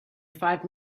five